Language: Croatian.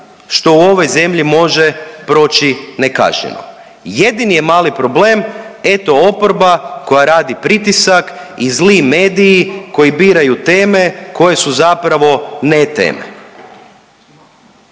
što u ovoj zemlji može proći nekažnjeno. Jedini je mali problem, eto, oporba koja radi pritisak i zli mediji koji biraju teme koje su zapravo neteme.